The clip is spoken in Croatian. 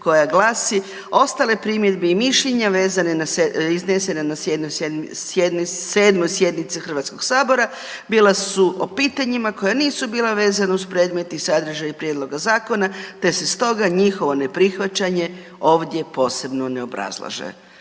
koja glasi „Ostale primjedbe i mišljenja vezane na, iznesene na 7. sjednici HS-a, bila su o pitanjima koja nisu bila vezana uz predmet i sadržaj Prijedloga zakona te se stoga njihovo neprihvaćanje ovdje posebno ne obrazlaže.“.